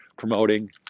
Promoting